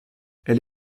elle